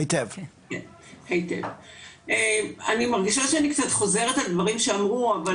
אני מרגישה שאני קצת חוזרת על דברים שכבר נאמרו כאן.